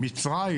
מצרים